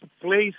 Place